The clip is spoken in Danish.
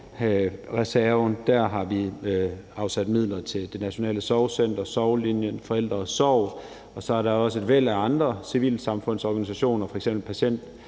Der har vi afsat midler til Det Nationale Sorgcenter, Sorglinjen og Forældre & Sorg. Så er der også et væld af andre civilsamfundsorganisationer, f.eks.